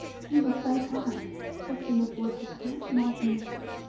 he was so kind. christina's voice was quite non-committal.